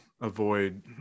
avoid